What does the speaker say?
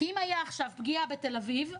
כי אם הייתה עכשיו פגיעה בתל אביב,